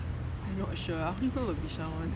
I not sure I only know the bishan one